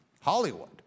Hollywood